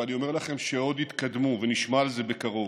ואני אומר לכם שעוד יתקדמו ונשמע על זה בקרוב.